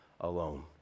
alone